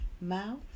mouth